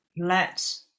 let